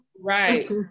Right